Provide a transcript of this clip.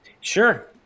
Sure